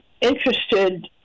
interested